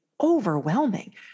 overwhelming